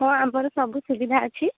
ହଁ ଆମର ସବୁ ସୁବିଧା ଅଛି